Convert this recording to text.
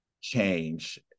change